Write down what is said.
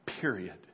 Period